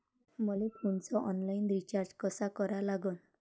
मले फोनचा online recharge कसा करा लागन?